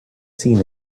seen